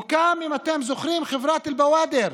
הוקמה, אם אתם זוכרים, חברת אל בוואדר.